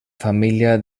família